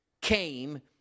came